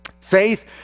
Faith